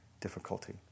difficulty